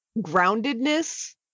groundedness